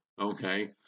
okay